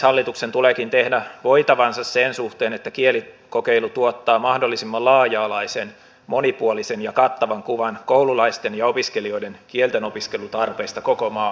hallituksen tuleekin tehdä voitavansa sen suhteen että kielikokeilu tuottaa mahdollisimman laaja alaisen monipuolisen ja kattavan kuvan koululaisten ja opiskelijoiden kieltenopiskelutarpeista koko maan alueella